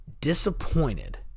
Disappointed